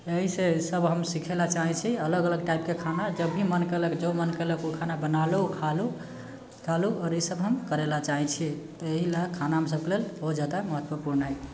यहीसे सभ हम सीखय लेल चाहै छी अलग अलग टाइपके खाना जब भी मन केलक जो मन केलक ओ खाना बना लू आ खा लू आओर इसभ हम करय लेल चाहै छियै यही लेल खाना हमसभके लेल बहुत ज्यादा महत्वपूर्ण हइ